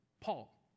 Paul